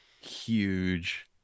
huge